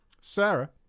Sarah